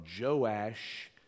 Joash